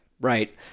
Right